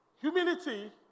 Humility